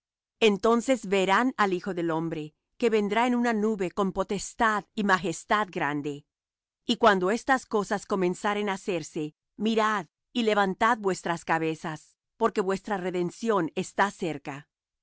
entonces verán al hijo del hombre que vendrá en una nube con potestad y majestad grande y cuando estas cosas comenzaren á hacerse mirad y levantad vuestras cabezas porque vuestra redención está cerca